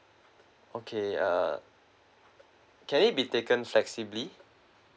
okay uh can it be taken flexibly